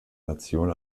nation